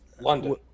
London